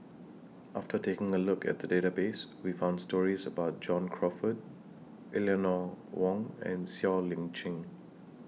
after taking A Look At The Database We found stories about John Crawfurd Eleanor Wong and Siow Lee Chin